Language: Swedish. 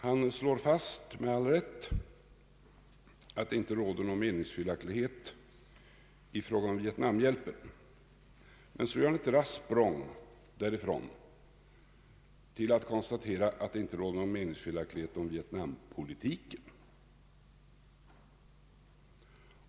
Han slår med all rätt fast att det inte råder några meningsskiljaktigheter i fråga om Vietnamhjälpen. Men så gör han ett raskt språng därifrån till att konstatera att det inte råder några meningsskiljaktigheter om Vietnampolitiken.